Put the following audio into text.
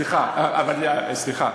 סליחה,